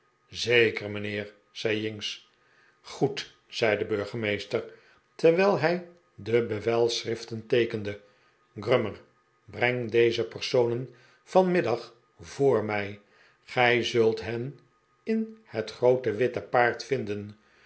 zeker mijnheer zei jinks goed zei de burgemeester terwijl hij de bevelschriften teekende grummer breng deze personen vanmiddag voor mij gij zult hen in het groote witte paard vinden